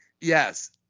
Yes